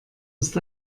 ist